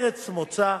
ארץ מוצא,